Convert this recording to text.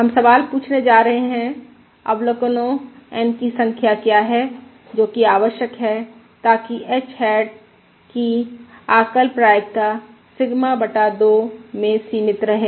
हम सवाल पूछने जा रहे हैं अवलोकनों N की संख्या क्या है जोकि आवश्यक है ताकि h हैट की आकल प्रायिकता सिग्मा बटा 2 मे सीमित रहे